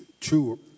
true